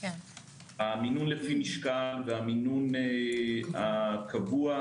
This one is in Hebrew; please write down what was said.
המינון לפי משקל והמינון הקבוע.